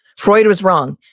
freud was wrong.